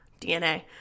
DNA